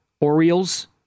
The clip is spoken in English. Orioles